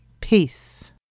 Peace